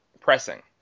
pressing